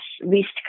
least